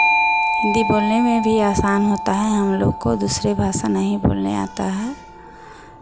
हिन्दी बोलने में भी आसान होता है हम लोग को दूसरे भाषा नहीं बोलने आता है